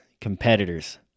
competitors